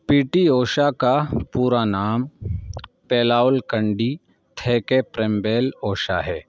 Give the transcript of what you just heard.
پی T Usha کا پورا نام پیلاول کنڈی ٹھیکے پرمبیل اوشا ہے